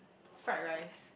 fried rice